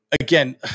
Again